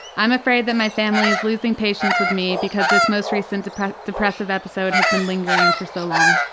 i'm afraid that my family is losing patience with me because this most recent depressive depressive episode has been lingering for so long.